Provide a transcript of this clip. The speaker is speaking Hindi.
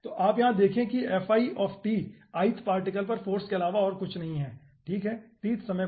तो आप यहां देखें यह ith पार्टिकल पर फाॅर्स के अलावा और कुछ नहीं है ठीक है tth समय पर